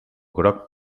groc